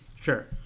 sure